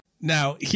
Now